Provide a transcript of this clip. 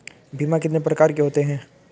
बीमा कितने प्रकार के होते हैं?